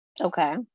Okay